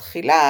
בתחילה,